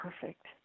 Perfect